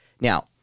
Now